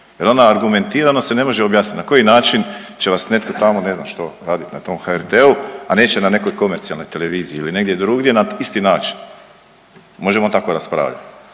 jer ona argumentirano se ne može objasnit, na koji način će vas netko tamo ne znam što, radit na tom HRT-u, a neće na nekoj komercijalnoj televiziji ili negdje drugdje na isti način, možemo tako raspravljat,